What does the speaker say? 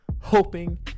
hoping